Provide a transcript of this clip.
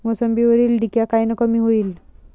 मोसंबीवरील डिक्या कायनं कमी होईल?